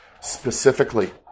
specifically